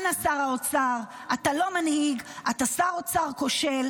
אנא, שר האוצר, אתה לא מנהיג, אתה שר אוצר כושל.